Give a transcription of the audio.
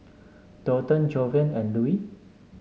Daulton Jovan and Lue